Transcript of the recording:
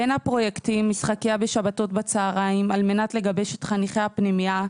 בין הפרויקטים משחקייה בשבתות בצוהריים על מנת לגבש את חניכי הפנימייה,